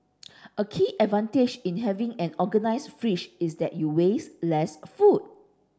a key advantage in having an organised fridge is that you waste less food